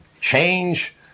change